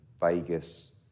Vegas